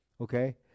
okay